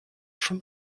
schon